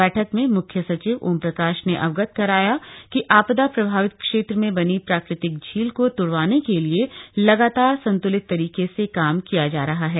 बैठक में मुख्य सचिव ओमप्रकाश ने अवगत कराया कि आपदा प्रभावित क्षेत्र में बनी प्राकृतिक झील को त्ड़वाने के लिए लगातार संत्लित तरीके से काम किया जा रहा है